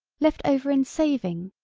left over in saving,